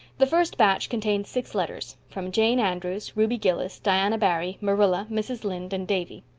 the first batch contained six letters, from jane andrews, ruby gillis, diana barry, marilla, mrs. lynde and davy.